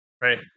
Right